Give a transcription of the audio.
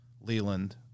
Leland